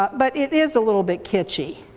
but but it is a little bit kitschy.